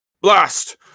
blast